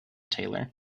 taylor